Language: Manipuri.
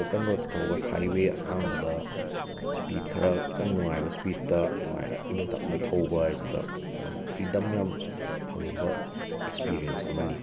ꯑꯣꯄꯟ ꯔꯣꯠꯇ ꯊꯧꯕ ꯍꯥꯏꯋꯦ ꯑꯁꯥꯡꯕꯗ ꯁꯄꯤꯠ ꯈꯔ ꯈꯤꯇꯪ ꯅꯨꯡꯉꯥꯏꯕ ꯁꯄꯤꯠꯇ ꯅꯨꯡꯉꯥꯏꯅ ꯏꯪ ꯇꯞꯅ ꯊꯧꯕ ꯍꯥꯏꯁꯤꯗ ꯌꯥꯝ ꯐꯔꯤꯗꯝ ꯌꯥꯝ ꯐꯪꯕ ꯑꯦꯛꯁꯄꯤꯔꯦꯟꯁ ꯑꯃꯅꯤ